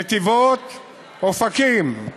נתיבות ואופקים?